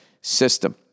system